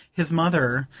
his mother,